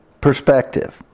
perspective